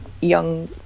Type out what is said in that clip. young